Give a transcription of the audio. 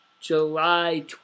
July